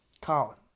Colin